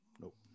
Nope